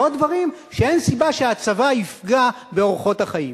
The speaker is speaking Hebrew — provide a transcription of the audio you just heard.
ועוד דברים שאין סיבה שהצבא יפגע באורחות החיים.